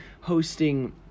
hosting